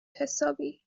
حسابی